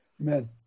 Amen